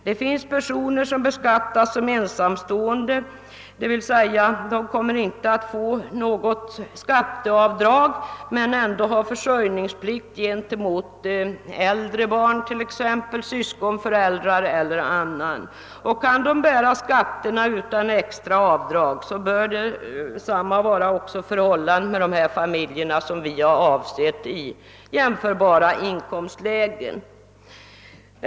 Det finns personer som beskattas som ensamstående, d. v. s. de kommer inte att få något skatteavdrag men har ändå försörjningsplikt gentemot t.ex. äldre barn, syskon, föräldrar eller någon annan. Kan de bära skatterna utan extra avdrag, så bör förhållandet vara detsamma med de familjer som vi har avsett i jämförbara inkomstlägen.